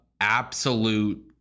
absolute